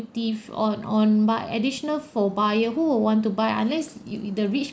ties on on by additional for buyer who would want to buy unless you you the rich